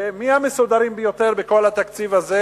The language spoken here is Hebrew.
ומי המסודרים ביותר בכל התקציב הזה?